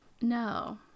no